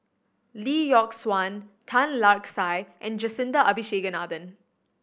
Lee Yock Suan Tan Lark Sye and Jacintha Abisheganaden